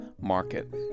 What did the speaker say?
Market